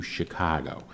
Chicago